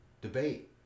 debate